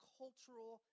cultural